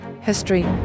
history